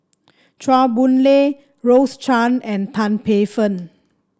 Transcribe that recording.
Chua Boon Lay Rose Chan and Tan Paey Fern